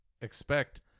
expect